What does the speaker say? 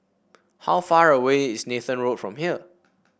how far away is Nathan Road from here